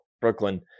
Brooklyn